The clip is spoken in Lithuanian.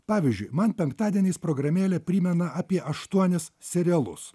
pavyzdžiui man penktadieniais programėlė primena apie aštuonis serialus